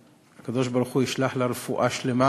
שהקדוש-ברוך-הוא ישלח לה רפואה שלמה